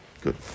Good